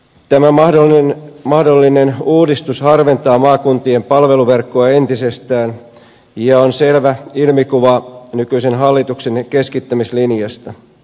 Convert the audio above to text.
tämä mahdollinen uudistus harventaa maakuntien palveluverkkoa entisestään ja on selvä ilmikuva nykyisen hallituksen keskittämislinjasta